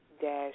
Dash